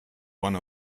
one